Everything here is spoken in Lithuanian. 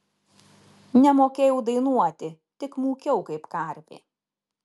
nemokėjau dainuoti tik mūkiau kaip karvė